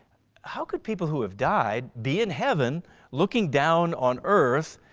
how could people who have died be in heaven looking down on earth